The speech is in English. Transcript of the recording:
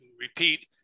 repeat